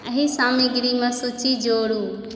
एहि सामग्रीमे सूची जोड़ू